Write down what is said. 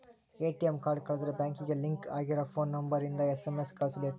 ATM card ಕಳುದ್ರೆ ಬ್ಯಾಂಕಿಗೆ link ಆಗಿರ ಫೋನ್ ನಂಬರ್ ಇಂದ ಎಸ್.ಎಮ್.ಎಸ್ ಕಳ್ಸ್ಬೆಕು